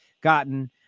gotten